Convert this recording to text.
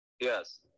yes